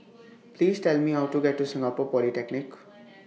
Please Tell Me How to get to Singapore Polytechnic